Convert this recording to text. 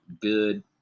good